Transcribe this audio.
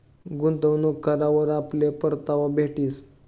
गुंतवणूक करावर आपले परतावा भेटीस